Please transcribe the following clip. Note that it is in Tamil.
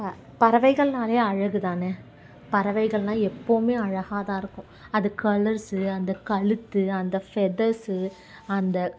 ப பறவைகள்னாலே அழகுதான பறவைகள்னால் எப்போவுமே அழகா தான் இருக்கும் அது கலர்ஸு அந்த கழுத்து அந்த ஃபெதர்ஸு அந்த